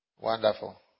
Wonderful